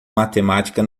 matemática